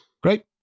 great